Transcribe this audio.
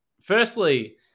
firstly